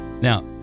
Now